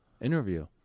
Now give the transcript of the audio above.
interview